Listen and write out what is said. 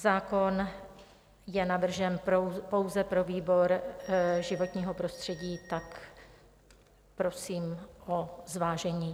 Zákon je navržen pouze pro výbor životního prostředí, tak prosím o zvážení.